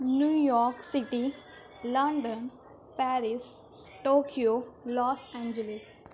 new York City London Paris Tokyo Los Angeles